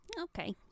Okay